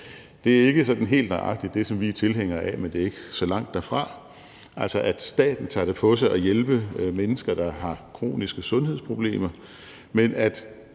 Det er ikke sådan helt nøjagtig det, som vi er tilhængere af, men det er ikke så langt derfra – altså at staten tager det på sig at hjælpe mennesker, der har kroniske sundhedsproblemer, men at